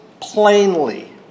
plainly